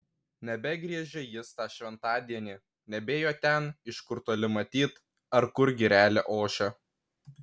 nebegriežė jis tą šventadienį nebėjo ten iš kur toli matyt ar kur girelė ošia